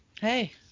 Hey